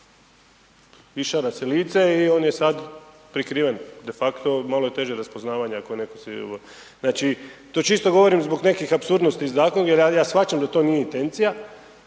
Išara si lice i on je sad prikriven, de facto malo je teže raspoznavanje ako je netko si .../Govornik se ne razumije./... znači to čisto govorim zbog nekih apsurdnosti iz zakona jer ja shvaćam da to nije intencija,